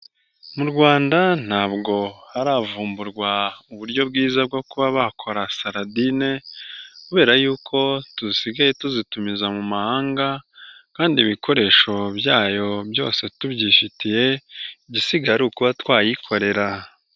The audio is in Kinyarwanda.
Mu Rwanda ntabwo haravumburwa uburyo bwiza bwo kuba bakora saladine, kubera yuko tusigaye tuzitumiza mu mahanga kandi ibikoresho byayo byose tubyifitiye, igisigaye ari ukuba twayikorera.